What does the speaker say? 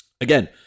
Again